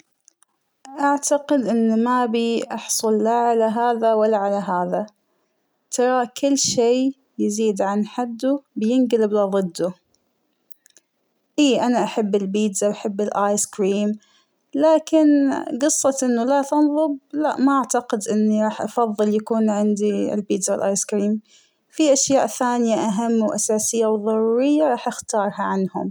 أعتقد أن مأبى أحصل لا على هذا ولا على هذا ، ترى كل شى يزيد عن حده بينجلب لضضه ، إى أنا أحب البيزا أحب الأيس كريم ، لكن قصة إنه لا تنضب لا ما أعتقد إنى أفضل يكون عندى البيزا الأيس كريم ، فى أشياء ثانية أهم وأساسية وضرورية راح أختارها عنهم.